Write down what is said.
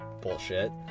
bullshit